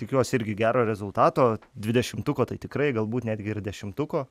tikiuosi irgi gero rezultato dvidešimtuko tai tikrai galbūt netgi ir dešimtuko